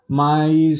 mas